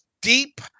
deep